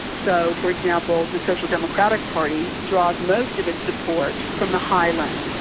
so for example, the social democratic party draws most of its support from the highlands,